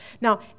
Now